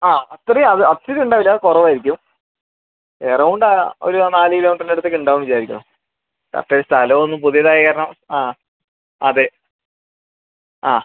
ആ അത്രയും അത് അത്രയും ഉണ്ടാവില്ല കുറവായിരിക്കും എറൗണ്ട് ആ ഒരു നാല് കിലോമിറ്ററിന്റെ അടുത്തൊക്കെ ഉണ്ടാവും വിചാരിക്കുന്നു പക്ഷേ സ്ഥലമൊന്ന് പുതിയതായത് കാരണം ആ അതെ ആ